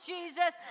Jesus